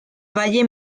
valle